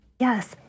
Yes